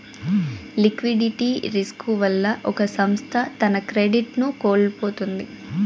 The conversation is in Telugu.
లిక్విడిటీ రిస్కు వల్ల ఒక సంస్థ తన క్రెడిట్ ను కోల్పోతుంది